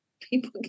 people